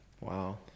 Wow